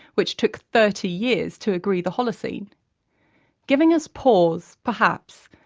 which took thirty years to agree the holocene giving us pause, perhaps,